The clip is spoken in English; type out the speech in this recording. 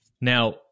Now